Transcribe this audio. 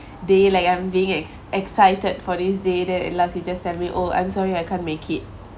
day like I'm being ex~ excited for this day then at last you just tell me oh I'm sorry I can't make it